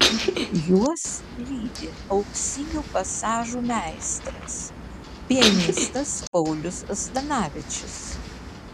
juos lydi auksinių pasažų meistras pianistas paulius zdanavičius